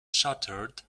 shattered